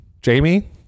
Jamie